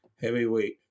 heavyweight